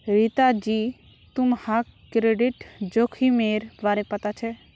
रीता जी, तुम्हाक क्रेडिट जोखिमेर बारे पता छे?